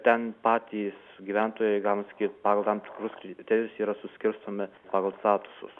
ten patys gyventojai galima sakyt pagal tam tikrus kriterijus jie yra suskirstomi pagal statusus